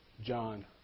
John